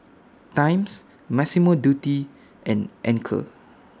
Times Massimo Dutti and Anchor